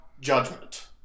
Judgment